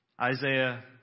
Isaiah